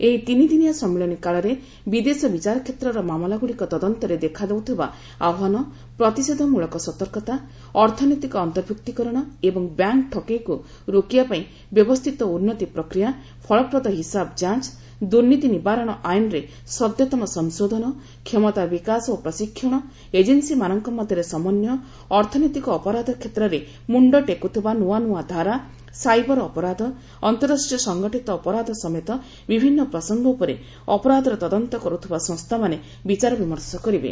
ଏହି ତିନିଦିନିଆ ସମ୍ମିଳନୀ କାଳରେ ବିଦେଶ ବିଚାରକ୍ଷେତ୍ରର ମାମଲାଗୁଡିକ ତଦନ୍ତରେ ଦେଖାଦେଉଥିବା ଆହ୍ୱାନ ପ୍ରତିଷେଧମୂଳକ ସତର୍କତା ଅର୍ଥନୈତିକ ଅନ୍ତର୍ଭୁକ୍ତିକରଣ ଏବଂ ବ୍ୟାଙ୍କ୍ ଠକେଇକୁ ରୋକିବା ପାଇଁ ବ୍ୟବସ୍ଥିତ ଉନ୍ନତି ପ୍ରକ୍ରିୟା ଫଳପ୍ରଦ ହିସାବ ଯାଂଚ୍ ଦୁର୍ନୀତି ନିବାରଣ ଆଇନ୍ରେ ସଦ୍ୟତମ ସଂଶୋଧନ କ୍ଷମତା ବିକାଶ ଓ ପ୍ରଶିକ୍ଷଣ ଏଜେନ୍ନିମାନଙ୍କ ମଧ୍ୟରେ ସମନ୍ୱୟ ଅର୍ଥନୈତିକ ଅପରାଧ କ୍ଷେତ୍ରରେ ମୁଣ୍ଡ ଟେକୁଥିବା ନୂଆ ନୂଆ ଧାରା ସାଇବର ଅପରାଧ ଅନ୍ତରାଷ୍ଟ୍ରୀୟ ସଂଗଠିତ ଅପରାଧ ସମେତ ବିଭିନ୍ନ ପ୍ରସଙ୍ଗ ଉପରେ ଅପରାଧର ତଦନ୍ତ କରୁଥିବା ସଂସ୍କାମାନେ ବିଚାରବିମର୍ଷ କରିବେ